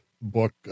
book